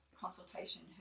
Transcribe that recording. consultation